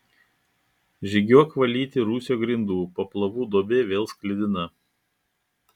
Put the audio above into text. žygiuok valyti rūsio grindų paplavų duobė vėl sklidina